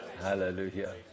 Hallelujah